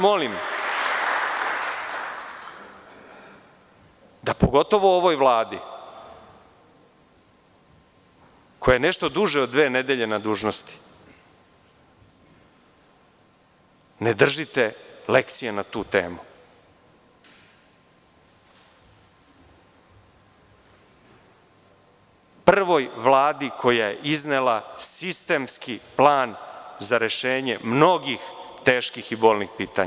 Molim vas da pogotovo ovoj Vladi, koja je nešto duže od dve nedelje na dužnosti, ne držite lekcije na tu temu, prvoj Vladi koja je iznela sistemski plan za rešenje mnogih teških i bolnih pitanja.